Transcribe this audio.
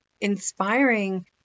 inspiring